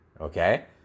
okay